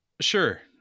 sure